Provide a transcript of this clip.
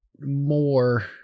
more